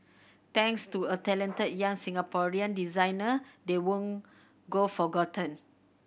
thanks to a talented young Singaporean designer they won't go forgotten